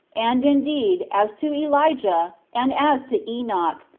and indeed, as to elijah, and as to enoch,